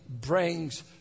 brings